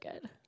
good